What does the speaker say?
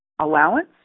allowance